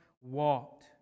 walked